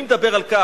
אני רק אתאר לכם